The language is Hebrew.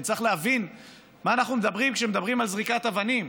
צריך להבין על מה אנחנו מדברים כשמדברים על זריקת אבנים.